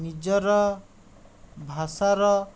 ନିଜର ଭାଷାର